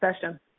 session